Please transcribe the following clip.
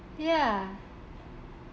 ya